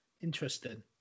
Interesting